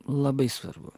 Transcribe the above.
labai svarbu